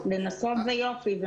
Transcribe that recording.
לנסות זה יופי.